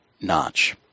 notch